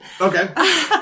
Okay